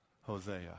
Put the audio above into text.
Hosea